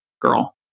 girl